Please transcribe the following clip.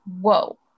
whoa